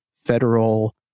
federal